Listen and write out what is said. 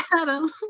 Adam